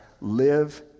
live